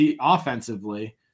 offensively